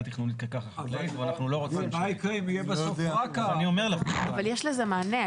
תכנונית כקרקע חקלאית ואנחנו לא רוצים --- אבל יש לזה מענה.